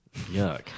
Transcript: Yuck